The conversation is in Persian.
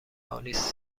آلیس